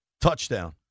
touchdown